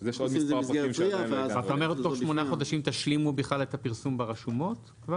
אתה אומר שתוך שמונה חודשים תשלימו בכלל את הפרסום ברשומות?